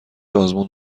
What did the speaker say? آزمون